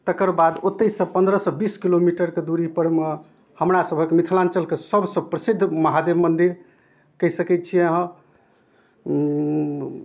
तकर बाद ओतऽसँ पनरहसँ बीस किलोमीटरके दूरीपरमे हमरासबके मिथिलाञ्चलके सबसँ प्रसिद्ध महादेव मन्दिर कहि सकै छिए अहाँ उँ